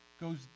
goes